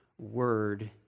word